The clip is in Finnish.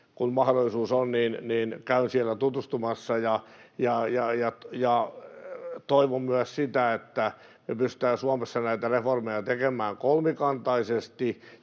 kun mahdollisuus on, käyn siellä tutustumassa. Toivon myös, että me pystytään Suomessa näitä reformeja tekemään kolmikantaisesti,